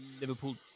Liverpool